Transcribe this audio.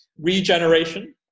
regeneration